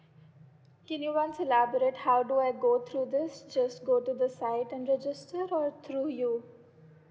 can you also elaborate how do I go through this just go to the site and register or through you